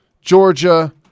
Georgia